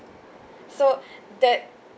so that